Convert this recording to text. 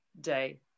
day